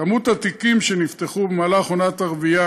כמות התיקים שנפתחו במהלך עונת הרבייה,